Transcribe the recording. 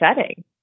setting